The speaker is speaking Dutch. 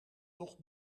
toch